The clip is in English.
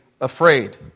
afraid